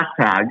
hashtag